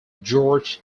george